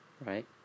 right